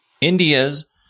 India's